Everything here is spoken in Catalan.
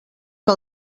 que